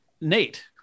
Nate